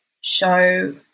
show